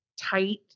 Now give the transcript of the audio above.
tight